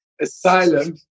asylum